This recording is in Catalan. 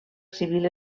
civil